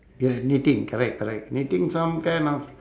ya knitting correct correct knitting some kind of